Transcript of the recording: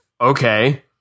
okay